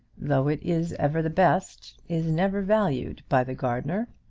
though it is ever the best, is never valued by the gardener.